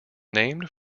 named